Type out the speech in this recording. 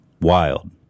Wild